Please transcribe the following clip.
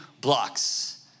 blocks